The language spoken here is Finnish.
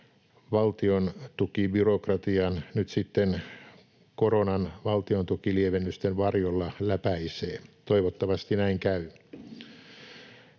valtiontukibyrokratian nyt sitten koronan valtiontukilievennysten varjolla läpäisee. Toivottavasti näin käy.